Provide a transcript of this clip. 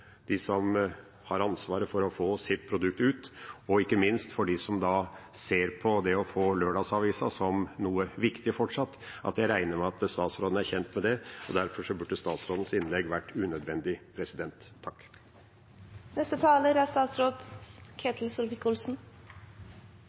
å få sitt produkt ut, og ikke minst for dem som fortsatt ser på det å få lørdagsavisa som noe viktig, at jeg regner med at statsråden er kjent med det. Derfor burde statsrådens innlegg vært unødvendig. Representanten Lundteigen berørte faktisk ikke problemstillingen, for det som Senterpartiet skriver, er